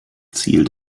ziel